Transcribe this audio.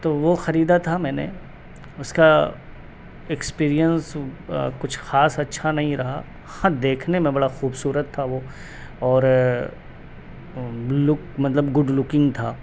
تو وہ خریدا تھا میں نے اس کا ایکسپیرئنس کچھ خاص اچھا نہیں رہا ہاں دیکھنے میں بڑا خوبصورت تھا وہ اور لک مطلب گڈ لکنگ تھا